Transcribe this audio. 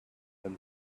been